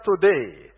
today